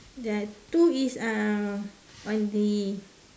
there are two is uh on the